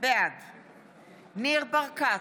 בעד ניר ברקת,